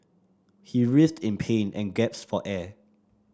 he writhed in pain and gasped for air